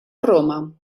roma